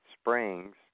springs